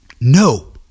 no